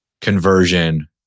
conversion